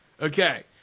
Okay